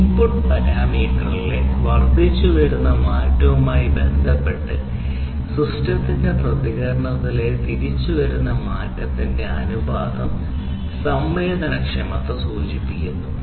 input പാരാമീറ്ററിലെ വർദ്ധിച്ചുവരുന്ന മാറ്റവുമായി ബന്ധപ്പെട്ട് സിസ്റ്റത്തിന്റെ പ്രതികരണത്തിലെ വർദ്ധിച്ചുവരുന്ന മാറ്റത്തിന്റെ അനുപാതം സംവേദനക്ഷമത സൂചിപ്പിക്കുന്നു